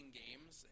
games